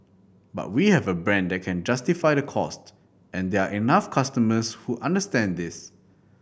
but we have a brand that can justify that cost and there are enough customers who understand this